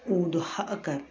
ꯎꯗꯨ ꯍꯛꯑꯒ